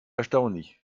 erstaunlich